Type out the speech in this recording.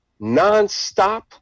nonstop